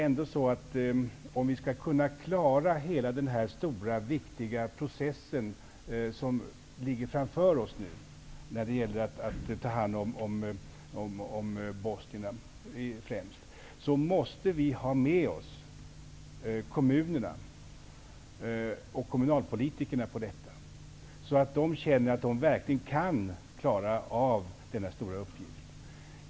För att vi skall kunna klara den omfattande och viktiga process som vi har framför oss när det gäller att ta hand om främst bosnierna måste kommunerna och kommunalpolitikerna också vara med på detta. Det är nödvändigt att de känner att de verkligen kan klara den här stora uppgiften.